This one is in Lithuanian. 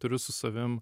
turiu su savim